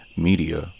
Media